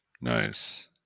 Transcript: Nice